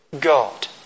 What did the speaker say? God